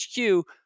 HQ